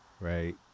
right